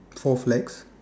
four flags